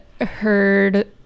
Heard